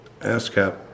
ASCAP